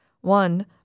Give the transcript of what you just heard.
one